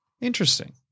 Interesting